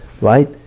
right